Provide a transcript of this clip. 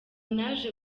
naje